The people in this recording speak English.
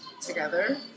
together